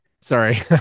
sorry